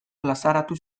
plazaratu